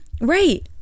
Right